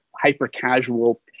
hyper-casual